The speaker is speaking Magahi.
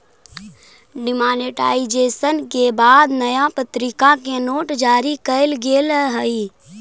डिमॉनेटाइजेशन के बाद नया प्तरीका के नोट जारी कैल गेले हलइ